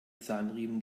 zahnriemen